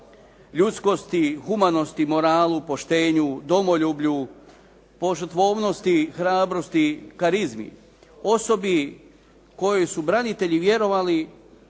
ljudskosti, humanosti, moralu, poštenju, domoljublju, požrtvovnosti, hrabrosti, karizmi osobi kojoj su branitelji vjerovali,